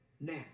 Now